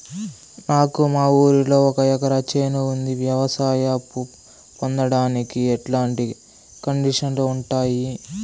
నాకు మా ఊరిలో ఒక ఎకరా చేను ఉంది, వ్యవసాయ అప్ఫు పొందడానికి ఎట్లాంటి కండిషన్లు ఉంటాయి?